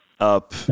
up